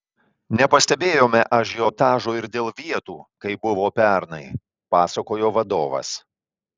nepastebėjome ažiotažo ir dėl vietų kaip buvo pernai pasakojo vadovas